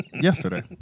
yesterday